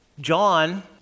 John